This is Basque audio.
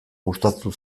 gustatu